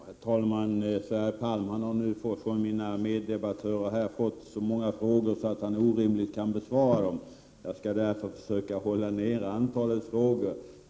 Herr talman! Sverre Palm har nu fått så många frågor från mina meddebattörer att han orimligen kan besvara dem. Jag skall därför försöka hålla nere antalet frågor.